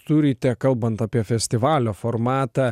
turite kalbant apie festivalio formatą